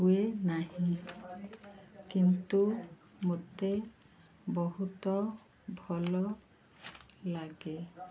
ହୁଏ ନାହିଁ କିନ୍ତୁ ମୋତେ ବହୁତ ଭଲ ଲାଗେ